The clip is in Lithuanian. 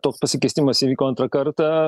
toks pasikėsinimas įvyko antrą kartą